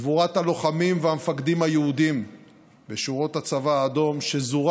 גבורת הלוחמים והמפקדים היהודים בשורות הצבא האדום שזורה